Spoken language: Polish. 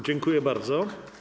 Dziękuję bardzo.